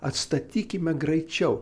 atstatykime greičiau